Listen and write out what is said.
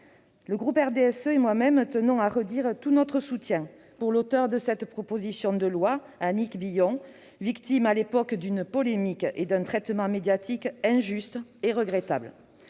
Le groupe du RDSE et moi-même tenons à redire tout notre soutien à l'auteure de cette proposition de loi, Annick Billon, victime, à l'époque, d'une polémique et d'un traitement médiatique injuste et regrettable.